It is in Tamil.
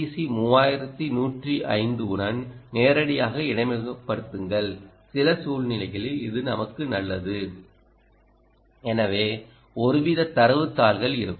சி 3105 உடன் நேரடியாக இடைமுகப்படுத்துங்கள் சில சூழ்நிலைகளில் இது நமக்கு நல்லது எனவே ஒருவித தரவுத் தாள்கள் இருக்கும்